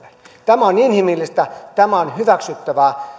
tämä on inhimillistä tämä on hyväksyttävää